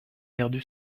perdu